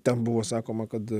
ten buvo sakoma kad